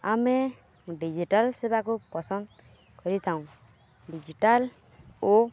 ଆମେ ଡ଼ିଜିଟାଲ୍ ସେବାକୁ ପସନ୍ଦ କରିଥାଉ ଡ଼ିଜିଟାଲ୍ ଓ